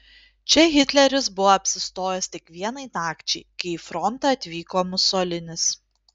čia hitleris buvo apsistojęs tik vienai nakčiai kai į frontą atvyko musolinis